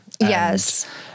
Yes